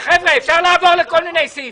חבר'ה, אפשר לעבור לכל מיני סעיפים.